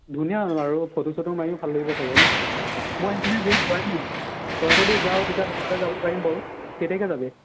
ধুনীয়া আৰু ফটো চটো মাৰিও ভাল লাগিব চাগৈ ন' মই সেই নাই তই যদি যাৱ তেতিয়া লগতে যাব পাৰিম বাৰু কেতিয়াকৈ যাবি